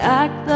act